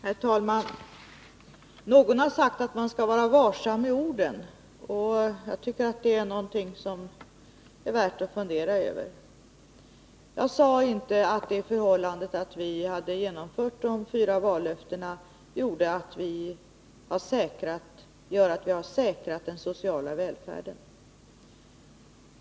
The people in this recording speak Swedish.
Herr talman! Någon har sagt att man skall vara varsam med orden. Jag tycker att det är någonting som är värt att fundera över. Jag sade inte att det förhållandet att vi har genomfört de fyra vallöftena gör att vi har säkrat den sociala välfärden.